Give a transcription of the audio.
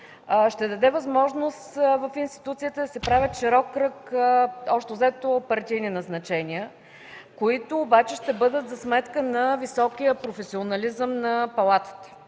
ще даде възможност в институцията да се прави широк кръг, общо взето, от партийни назначения, които обаче ще бъдат за сметка на високия професионализъм на Палатата.